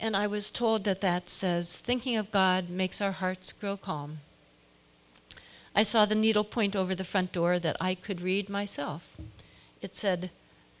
and i was told that that says thinking of god makes our hearts grow calm i saw the needlepoint over the front door that i could read myself it said